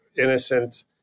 innocent